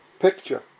picture